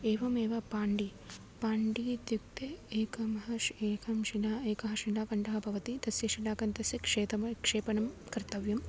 एवमेव पाण्डि पाण्डि इत्युक्ते एकमहश् एका शिला एकः शिलाखण्डः भवति तस्य शिलाखण्डस्य क्षेत्रं क्षेपणं कर्तव्यम्